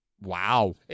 Wow